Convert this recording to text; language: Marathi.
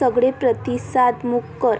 सगळे प्रतिसाद मूक कर